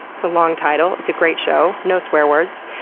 it's a long title, it's a great show, no swear words.